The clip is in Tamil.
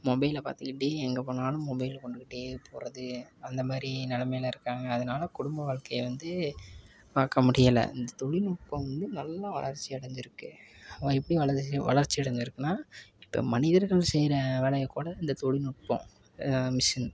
மொபைலில் பார்த்துக்கிட்டே எங்க போனாலும் மொபைல் கொண்டுக்கிட்டே போகறது அந்தமாதிரி நிலமையில இருக்காங்க அதனால் குடும்ப வாழ்க்கைய வந்து பார்க்கமுடியல இந்த தொழில்நுட்பம் வந்து நல்லா வளர்ச்சி அடைஞ்சிருக்கு அதான் எப்படி வளர்ச்சி அடைஞ்சிருக்குன்னா இப்போ மனிதர்கள் செய்யற வேலையக்கூட இந்த தொழில்நுட்பம் மிஷின்